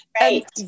Right